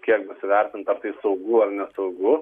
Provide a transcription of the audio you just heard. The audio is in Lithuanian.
kiek bus įvertinta ar tai saugu ar nesaugu